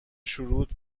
شروط